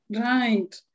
right